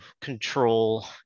control